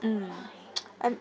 mm and